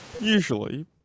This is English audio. Usually